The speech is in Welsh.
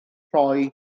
rhoi